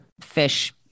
fish